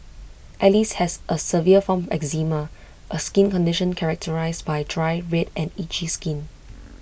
alice has A severe form of eczema A skin condition characterised by dry red and itchy skin